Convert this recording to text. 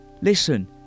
listen